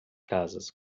casas